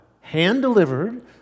hand-delivered